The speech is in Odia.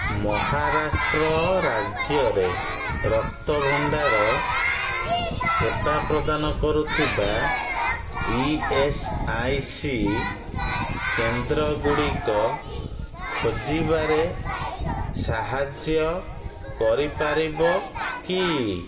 ମହାରାଷ୍ଟ୍ର ରାଜ୍ୟରେ ରକ୍ତ ଭଣ୍ଡାର ସେବା ପ୍ରଦାନ କରୁଥିବା ଇ ଏସ୍ ଆଇ ସି କେନ୍ଦ୍ର ଗୁଡ଼ିକ ଖୋଜିବାରେ ସାହାଯ୍ୟ କରିପାରିବ କି